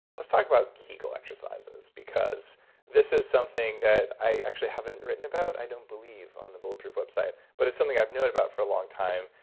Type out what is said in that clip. let's talk about kegel exercises, because this is something that i actually haven't written about, i don't believe, on the bulletproof website. but it's something i've known about for a long time,